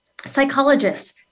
psychologists